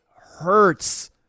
hurts